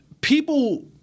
people